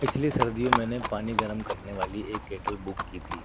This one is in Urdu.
پچھلی سردیوں میں نے پانی گرم کرنے والی ایک کیٹل بک کی تھی